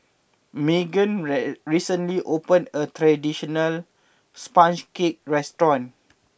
Meghan Rae recently opened a new traditional Sponge Cake restaurant